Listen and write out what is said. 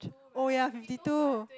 oh ya fifty two